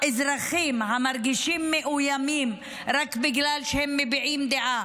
האזרחים מרגישים מאוימים רק בגלל שהם מביעים דעה,